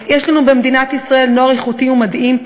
יש לנו במדינת ישראל נוער איכותי ומדהים,